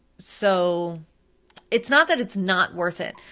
so it's not that it's not worth it,